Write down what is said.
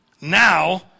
now